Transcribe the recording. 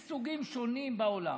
יש סוגים שונים בעולם.